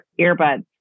earbuds